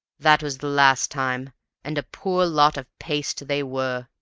that was the last time and a poor lot of paste they were.